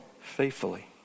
faithfully